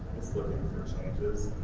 it's looking for changes,